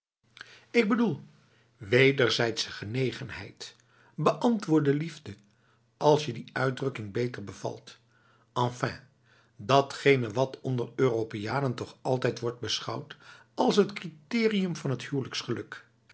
ik bedoel wederzijdse genegenheid beantwoorde liefde als je die uitdrukking beter bevalt enfin datgene wat onder europeanen toch altijd wordt beschouwd als het criterium van t